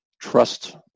Trust